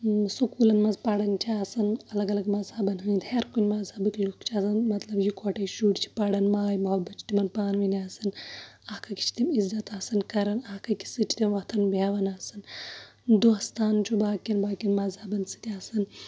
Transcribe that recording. سکوٗلن منٛز پَران چھا آسان الگ الگ مَزہبَن ہٕندۍ ہر کُنہِ مَزہبٕکۍ لُکھ چھِ آسان مطلب یِکوَٹے شُرۍ چھِ پَران مطلب ماے مُحبت چھُ تِمن پانہٕ ؤنۍ آسان اکھ أکِس چھِ تِم عِزت آسان کران اکھ أکِس سۭتۍ چھِ تِم وۄتھان بیٚہون آسان دوستان چھُ باقین باقین مَزہبن سۭتۍ آسان